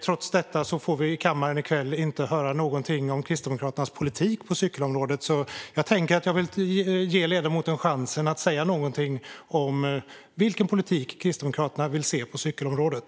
Trots det får vi i kammaren i kväll inte höra någonting om Kristdemokraternas politik på cykelområdet. Jag vill ge ledamoten chansen att säga något om vilken politik Kristdemokraterna vill se på cykelområdet.